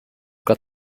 got